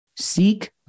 seek